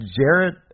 Jarrett